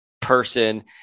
person